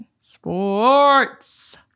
Sports